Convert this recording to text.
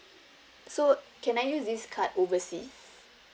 so can I use this card overseas